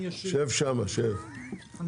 ראית באינטרנט?